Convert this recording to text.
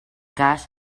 cas